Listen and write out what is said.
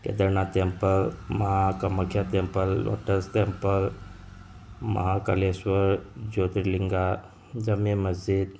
Kedarnath temple ꯃꯥ Kamakhya temple lotus temple ꯃꯥ ꯀꯥꯂꯦꯁꯣꯔ ꯖꯣꯇ꯭ꯔꯤꯂꯤꯡꯒꯥ ꯗꯃꯦ ꯃꯁꯖꯤꯠ